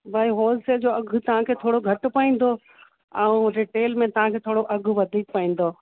भाई होलसेल जो अघि तव्हांखे थोरो घटि पवंदो ऐं रिटेल में तव्हांखे थोरो अघि वधीक पवंदो